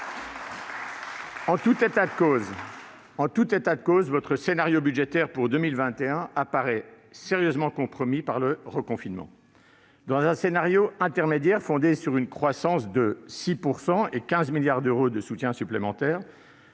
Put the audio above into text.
En tout état de cause, votre scénario budgétaire pour 2021 apparaît sérieusement compromis par le reconfinement. Dans un scénario intermédiaire fondé sur une croissance de 6 % et 15 milliards d'euros de soutien supplémentaire,